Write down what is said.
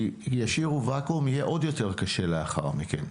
כי אם ישאירו וואקום יהיה עוד יותר קשה לאחר מכן.